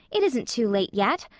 it isn't too late yet.